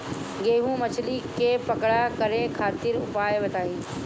रोहु मछली के बड़ा करे खातिर उपाय बताईं?